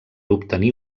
obtenir